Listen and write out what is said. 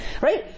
right